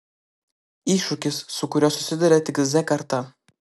iššūkis su kuriuo susiduria tik z karta